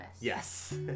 Yes